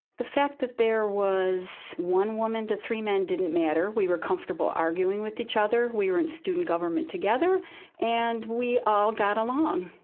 the fact that there was one woman to three men didn't matter. we were comfortable arguing with each other. we were in student government together and we all got along.